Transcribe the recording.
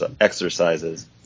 exercises